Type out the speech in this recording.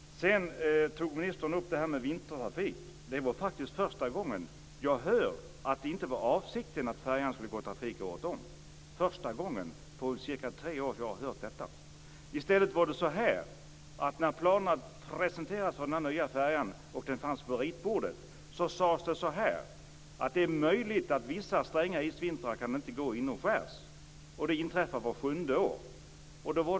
Ministern tog upp frågan om vintertrafik. Det är faktiskt första gången jag har fått höra att det inte har varit avsikten att färjan skall gå i trafik året om. När planerna för den nya färjan presenterades på ritbordet, sades det att det är möjligt att den vissa stränga isvintrar inte kan gå inomskärs. Det inträffar vart sjunde år. So what?